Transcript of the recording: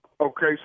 Okay